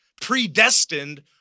predestined